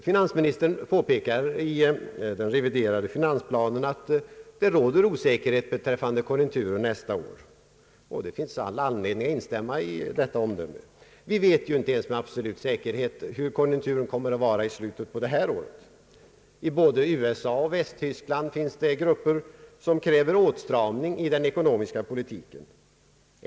Finansministern påpekar i den reviderade finansplanen att det råder osäkerhet beträffande konjunkturen nästa år. Det finns all anledning att instämma i detta omdöme. Vi vet ju inte ens med absolut säkerhet hurdan konjunkturen kommer att vara i slutet av det här året. I både USA och Västtyskland finns det grupper som kräver åtstramning i den ekonomiska politiken.